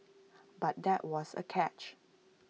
but there was A catch